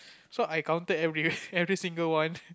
so I counted every every single one